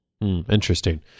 Interesting